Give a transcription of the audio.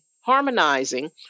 harmonizing